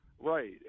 Right